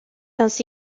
ainsi